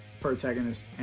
protagonist